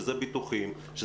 ביטוחים,